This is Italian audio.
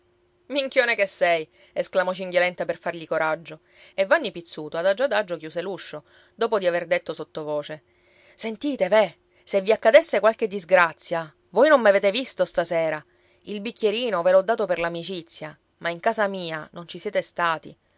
minchione che sei esclamò cinghialenta per fargli coraggio e vanni pizzuto adagio adagio chiuse l'uscio dopo di aver detto sottovoce sentite veh se vi accadesse qualche disgrazia voi non m'avete visto stasera il bicchierino ve l'ho dato per l'amicizia ma in casa mia non ci siete stati